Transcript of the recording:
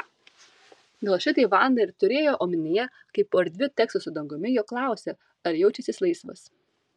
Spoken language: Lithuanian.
gal šitai vanda ir turėjo omenyje kai po erdviu teksaso dangumi jo klausė ar jaučiąsis laisvas